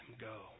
go